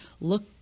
look